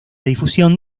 difusión